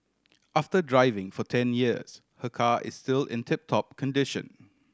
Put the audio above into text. after driving for ten years her car is still in tip top condition